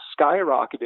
skyrocketed